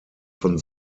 von